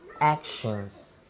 actions